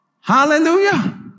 Hallelujah